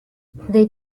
they